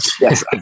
yes